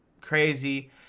Crazy